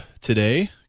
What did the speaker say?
today